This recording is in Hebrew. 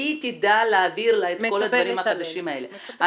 שהיא תדע להעביר לה את כל הדברים החדשים האלה.